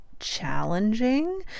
challenging